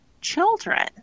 children